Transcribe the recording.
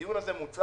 הדיון הזה מוצה,